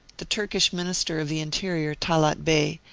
the turkish minister of the interior, talaat bey,